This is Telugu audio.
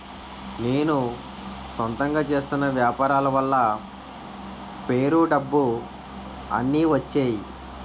నేను సొంతంగా చేస్తున్న వ్యాపారాల వల్ల పేరు డబ్బు అన్ని వచ్చేయి